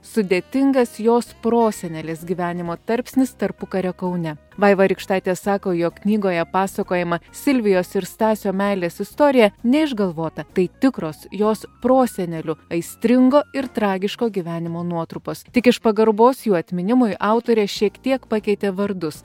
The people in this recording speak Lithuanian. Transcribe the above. sudėtingas jos prosenelės gyvenimo tarpsnis tarpukario kaune vaiva rykštaitė sako jog knygoje pasakojama silvijos ir stasio meilės istorija neišgalvota tai tikros jos prosenelių aistringo ir tragiško gyvenimo nuotrupos tik iš pagarbos jų atminimui autorė šiek tiek pakeitė vardus